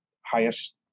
highest